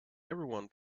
everyone